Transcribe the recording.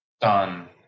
done